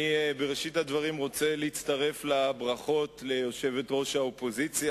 בראשית הדברים אני רוצה להצטרף לברכות ליושבת-ראש האופוזיציה,